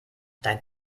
dein